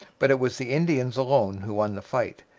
but it was the indians alone who won the fight,